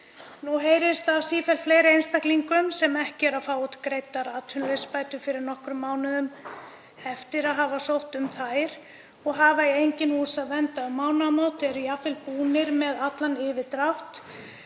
Nú heyrist af sífellt fleiri einstaklingum sem ekki fá greiddar út atvinnuleysisbætur fyrr en nokkrum mánuðum eftir að hafa sótt um þær og hafa í engin hús að venda um mánaðamót, eru jafnvel búnir með allan yfirdrátt,